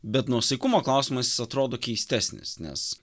bet nuosaikumo klausimas jis atrodo keistesnis nes